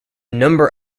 number